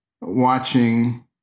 watching